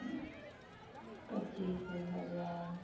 पच्चीस हजार